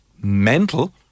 mental